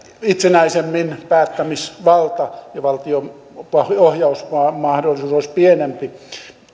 itsenäisempi päättämisvalta tehtävistä ja valtion ohjausmahdollisuus olisi pienempi